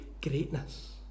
greatness